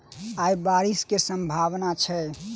आय बारिश केँ सम्भावना छै?